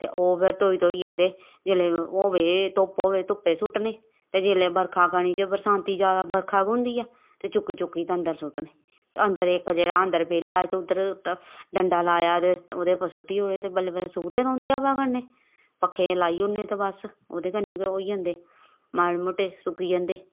ते ओह् फिर धोई धोइयै ते जेल्लै होवे धूप होवे धुप्पै सुट्टने ते जेल्लै बरखा कनी च बरसांती ज्यादा बरखा गै होंदी ऐ ते चुक्की चुक्कियै ते अंदर सुट्टने ते अंदरै इक जेह्ड़ा अंदर बेह्ला ऐ ते उद्धर डंडा लाया ते ओह्दे पर सुट्टी औड़े ते बल्लें बल्लें सुकदे रौंह्दे हवा कन्नै पक्खे लाई ओड़ने ते बस ओह्दे कन्नै गै होई जंदे माड़े मुट्टे सुक्की जंदे